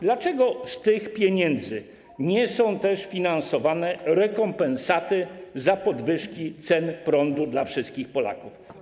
Dlaczego z tych pieniędzy nie są też finansowane rekompensaty za podwyżki cen prądu dla wszystkich Polaków?